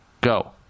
Go